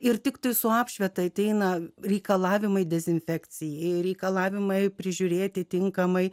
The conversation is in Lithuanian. ir tiktai su apšvieta ateina reikalavimai dezinfekcijai reikalavimai prižiūrėti tinkamai